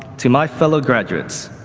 to my fellow graduates.